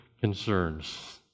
concerns